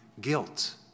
guilt